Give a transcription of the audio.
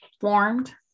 formed